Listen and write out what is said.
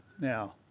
now